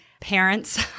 parents